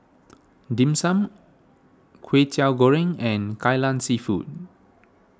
Dim Sum Kwetiau Goreng and Kai Lan Seafood